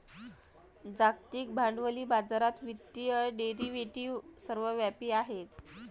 जागतिक भांडवली बाजारात वित्तीय डेरिव्हेटिव्ह सर्वव्यापी आहेत